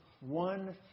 One